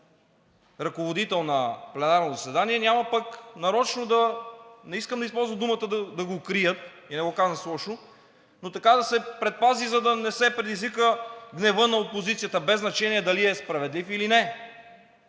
ръководител на пленарно заседание, няма пък нарочно – не искам да използвам думата „да го крият“, и не го казвам с лошо, но така да се предпази, за да не се предизвика гневът на опозицията, без значение дали е справедлив или не.